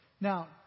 Now